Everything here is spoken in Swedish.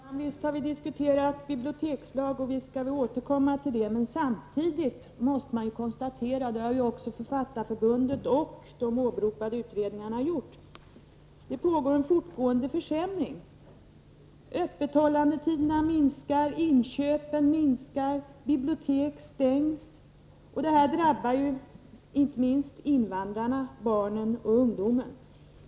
Fru talman! Visst har vi diskuterat bibliotekslag och visst skall vi återkomma till det. Men samtidigt måste man konstatera — det har också Författarförbundet och de åberopade utredningarna gjort — att det pågår en fortlöpande försämring. Öppethållandetiderna minskar, inköpen minskar och bibliotek stängs. Detta drabbar inte minst invandrarna, barnen och ungdomen.